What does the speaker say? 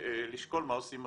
ולשקול מה עושים עם